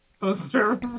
poster